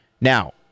Now